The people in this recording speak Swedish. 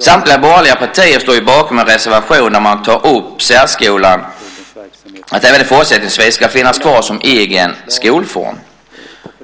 Samtliga borgerliga partier står bakom en reservation där man tar upp att särskolan även fortsättningsvis ska finnas kvar som en egen skolform.